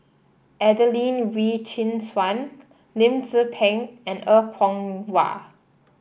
Adelene Wee Chin Suan Lim Tze Peng and Er Kwong Wah